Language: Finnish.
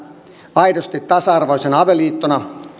aidosti tasa arvoisena avioliittona